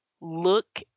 look